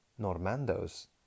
Normando's